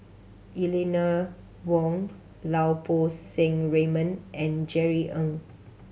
Eleanor Wong Lau Poo Seng Raymond and Jerry Ng